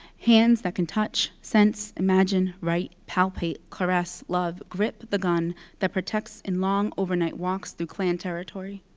hands that can touch, sense, imagine, write, palpate, caress, love, grip the gun that protects in long overnight walks through klan territory?